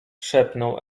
szepnął